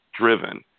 driven